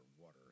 water